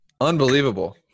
Unbelievable